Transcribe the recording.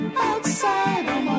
outside